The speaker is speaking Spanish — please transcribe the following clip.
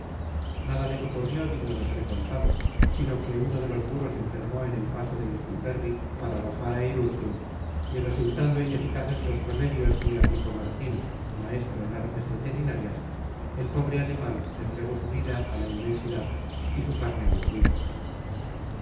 nada les ocurrió digno de ser contado sino que uno de los burros enfermó en el paso de lecumberri para bajar a irurzun y resultando ineficaces los remedios que le aplicó martín maestro en artes veterinarias el pobre animal entregó su vida a la inmensidad y su carne a los buitres